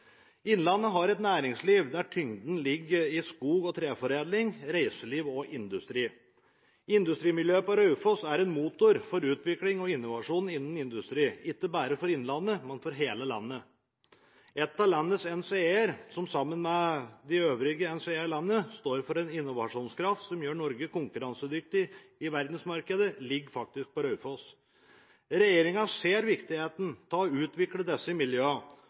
Innlandet har et næringsliv der tyngden ligger i skog- og treforedling, reiseliv og industri. Industrimiljøet på Raufoss er en motor for utvikling og innovasjon innen industri, ikke bare for Innlandet, men for hele landet. Ett av landets NCE-er, som sammen med de øvrige NCE-ene i landet står for en innovasjonskraft som gjør Norge konkurransedyktig i verdensmarkedet, ligger faktisk på Raufoss. Regjeringen ser viktigheten av å utvikle disse